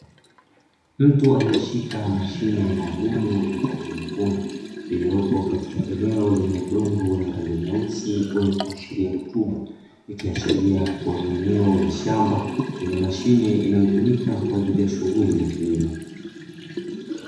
Mtu aliyeshika mashine maalumu yenye rangi nyekundu iliyopo katika eneo lenye udongo wenye rangi nyeusi ikiashiria rutuba. Ikiashiria kuwa ni eneo la shamba lenye mashine inayotumika kwa ajili ya shughuli za kilimo.